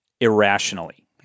irrationally